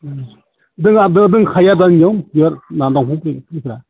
दङ दंखायो आरो दा नोंनियाव बिबार माबा बिफां फुलिफोरा